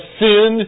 sin